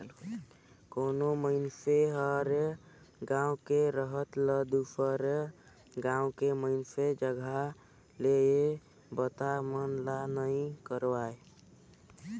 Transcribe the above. कोनो मइनसे हर गांव के रहत ल दुसर गांव के मइनसे जघा ले ये बता मन ला नइ करवाय